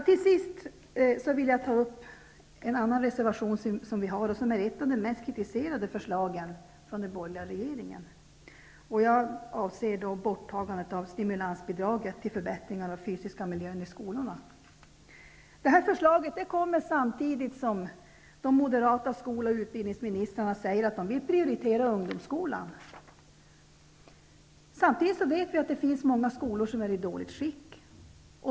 Till sist vill jag ta upp en reservation som berör ett av de mest kritiserade förslagen från den borgerliga regeringen. Jag avser då borttagandet av stimulansbidraget till förbättring av den fysiska miljön i skolan. Detta förslag kommer samtidigt som de moderata skol och utbildningsministrarna säger att de vill prioritera ungdomsskolan. Vi vet att det finns många skolor som är i dåligt skick.